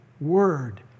word